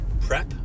prep